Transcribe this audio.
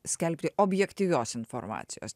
skelbti objektyvios informacijos